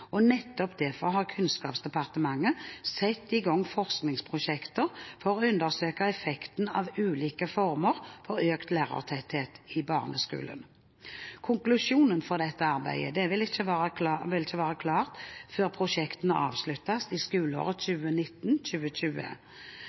Nettopp derfor har Kunnskapsdepartementet satt i gang forskningsprosjekter for å undersøke effekten av ulike former for økt lærertetthet i barneskolen. Konklusjonene fra dette arbeidet vil ikke være klare før prosjektene avsluttes i skoleåret